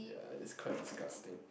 ya it's quite disgusting